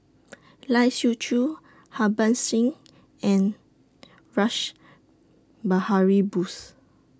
Lai Siu Chiu Harbans Singh and Rash Behari Bose